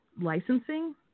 licensing